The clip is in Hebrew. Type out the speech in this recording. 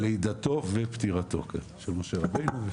לידתו ופטירתו של משה רבנו.